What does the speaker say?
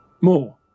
More